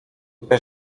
tutaj